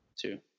two